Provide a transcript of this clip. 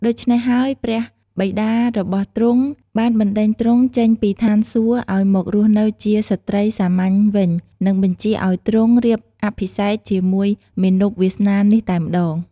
ដូច្នេះហើយ ព្រះបិតារបស់ទ្រង់បានបណ្ដេញទ្រង់ចេញពីឋានសួគ៌ឲ្យមករស់នៅ ជាស្រ្តីសាមញ្ញវិញ និងបញ្ជាឲ្យទ្រង់រៀបអភិសេកជាមួយមាណពវាសនានេះតែម្ដង។